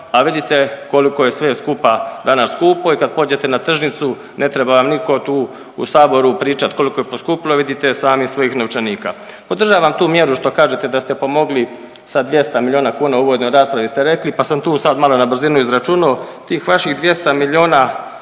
a vidite koliko je sve skupa danas skupo i kad pođete na tržnicu ne treba vam niko tu u saboru pričat koliko je poskupilo, vidite i sami iz svojih novčanika. Podržavam tu mjeru što kažete da ste pomogli sa 200 milijuna kuna, u uvodnoj raspravi ste rekli, pa sam tu sad malo na brzinu izračunao, tih vaših 200 milijuna